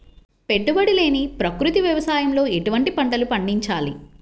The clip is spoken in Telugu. పెట్టుబడి లేని ప్రకృతి వ్యవసాయంలో ఎటువంటి పంటలు పండించాలి?